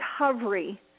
recovery